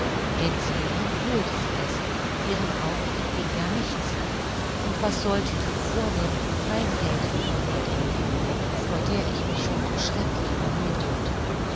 denn sehen würde sie es ihrem auge entging ja nichts und was sollte die vornehme geheimräthin von mir denken vor der ich mich schon so schrecklich blamirt hatte